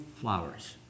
flowers